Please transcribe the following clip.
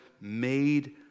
made